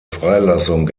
freilassung